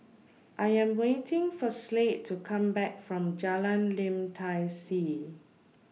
I Am waiting For Slade to Come Back from Jalan Lim Tai See